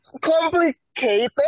complicated